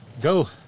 go